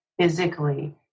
physically